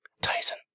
Tyson